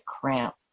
cramp